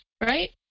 right